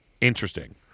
interesting